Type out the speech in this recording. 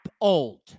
old